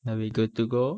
now we're good to go